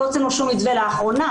לא הוצאנו שום מתווה לאחרונה,